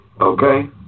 Okay